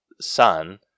son